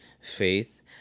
faith